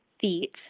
feet